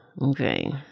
Okay